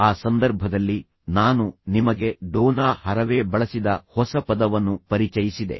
ಆ ಸಂದರ್ಭದಲ್ಲಿ ನಾನು ನಿಮಗೆ ಡೋನಾ ಹರವೆ ಬಳಸಿದ ಹೊಸ ಪದವನ್ನು ಪರಿಚಯಿಸಿದೆ